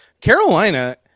carolina